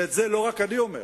ואת זה לא רק אני אומר.